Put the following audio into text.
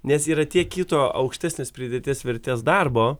nes yra tiek kito aukštesnės pridėtinės vertės darbo